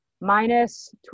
minus